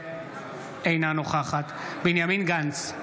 אינה נוכחת בנימין גנץ,